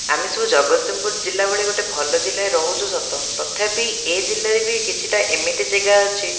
ଆମେ ସବୁ ଜଗତସିଂହପୁର ଜିଲ୍ଲା ଭଳି ଗୋଟେ ଭଲ ଜିଲ୍ଲାରେ ରହୁଛୁ ସତ ତଥାପି ଏ ଜିଲ୍ଲାରେ ବି କିଛିଟା ଏମିତି ଜେଗା ଅଛି